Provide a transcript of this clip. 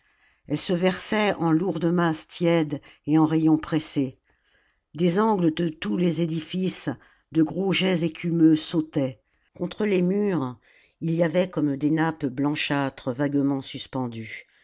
elle se versait en lourdes masses tièdes et en rayons pressés des angles de tous les édifices de gros jets écumeux sautaient contre les murs il y avait comme des nappes blanchâtres vaguement suspendues